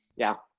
yeah.